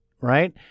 right